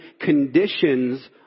conditions